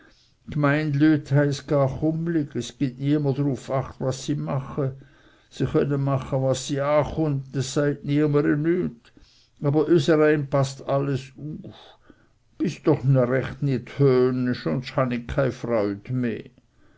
es git niemer druf acht was si mache sie chönne mache was es sie achunt es seyt niemere nüt aber üsereim paßt alles uf bis doch recht nit